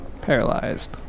paralyzed